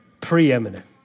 Preeminent